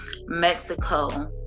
mexico